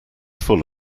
full